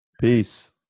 Peace